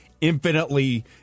infinitely